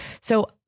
So-